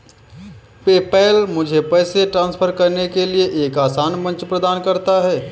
PayPal मुझे पैसे transfer करने के लिए एक आसान मंच प्रदान करता है